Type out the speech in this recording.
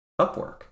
Upwork